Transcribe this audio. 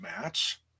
match